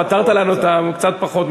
פתרת לנו את, קצת פחות.